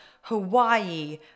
Hawaii